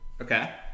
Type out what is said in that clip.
okay